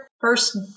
first